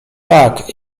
tak